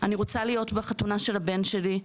אני רוצה להיות בחתונה של הבן שלי,